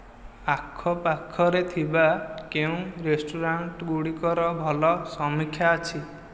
ଆଖପାଖରେ ଥିବା କେଉଁ ରେଷ୍ଟୁରାଣ୍ଟ ଗୁଡ଼ିକର ଭଲ ସମୀକ୍ଷା ଅଛି